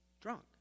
drunk